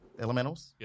Elementals